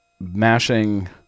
mashing